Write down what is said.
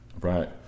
Right